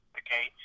okay